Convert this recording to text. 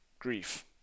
grief